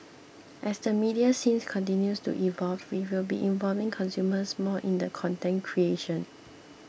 as the media scenes continues to evolve we will be involving consumers more in the content creation